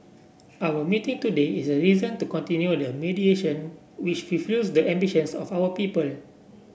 our meeting today is a reason to continue the mediation which fulfills the ambitions of our people